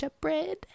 bread